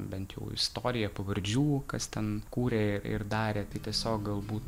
bent jau istoriją pavardžių kas ten kūrė ir darė tai tiesiog galbūt